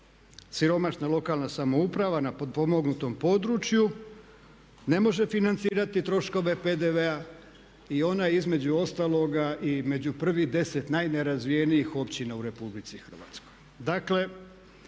siromašna lokalna samouprava na potpomognutom području, ne može financirati troškove PDV-a i ona je između ostaloga i među prvih 10 najnerazvijenijih općina u RH. Dakle postoji